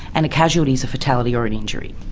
and a casualty is a fatality or an injury.